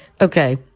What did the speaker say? okay